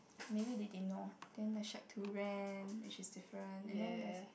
maybe they didn't know ah then the shirt too and that she's different and then there's